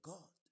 God